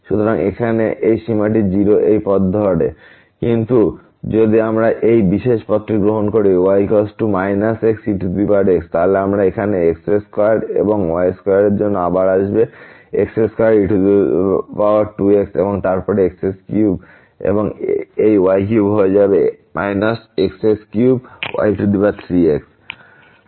সুতরাং এখানে এই সীমাটি 0 এই পথ ধরে কিন্তু যদি আমরা এই বিশেষ পথটি গ্রহণ করি y xex তাহলে আমরা এখানে x2 এবং y2 এর জন্য আবার x2e2x এবং তারপর x3 এবং এই y3 হবে x3e3x